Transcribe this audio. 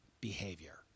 behavior